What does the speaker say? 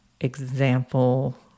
example